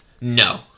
No